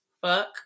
Fuck